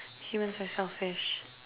humans are selfish